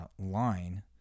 line